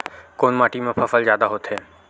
कोन माटी मा फसल जादा होथे?